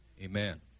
Amen